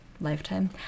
lifetime